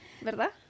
¿Verdad